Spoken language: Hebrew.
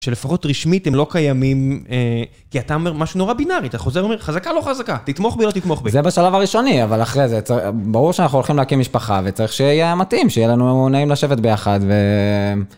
שלפחות רשמית הם לא קיימים, כי אתה אומר משהו נורא בינארי, אתה חוזר ואומר חזקה לא חזקה, תתמוך בי לא תתמוך בי. זה בשלב הראשוני, אבל אחרי זה, ברור שאנחנו הולכים להקים משפחה, וצריך שיהיה מתאים, שיהיה לנו נעים לשבת ביחד ו...